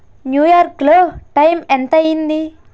న్యూయార్క్లో టైం ఎంతయ్యింది